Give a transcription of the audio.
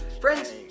Friends